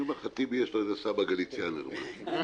אני אומר לך, לטיבי יש סבא גאליציאנער או משהו.